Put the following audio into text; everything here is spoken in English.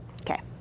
Okay